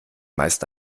meist